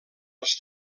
els